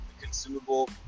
consumable